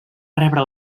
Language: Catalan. rebre